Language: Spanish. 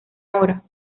hora